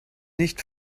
nicht